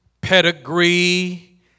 Pedigree